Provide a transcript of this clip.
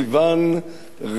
רהב-מאיר,